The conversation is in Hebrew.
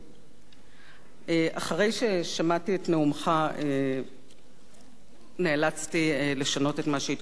אחרי ששמעתי את נאומך נאלצתי לשנות את מה שהתכוונתי לומר מלכתחילה.